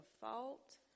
fault